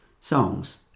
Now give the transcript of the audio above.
songs